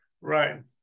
Right